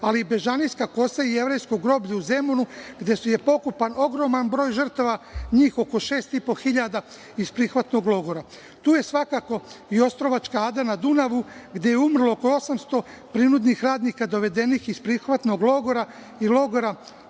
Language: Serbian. ali, Bežanijska kosa i Jevrejsko groblje u Zemunu gde je pokopan ogroman broj žrtava, njih oko šest i po hiljada iz prihvatnog logora. Tu je, svakako, i Ostrovačka ada na Dunavu, gde je umrlo oko 800 prinudnih radnika dovedenih iz prihvatnog logora i logora